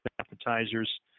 appetizers